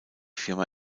firma